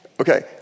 Okay